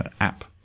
app